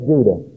Judah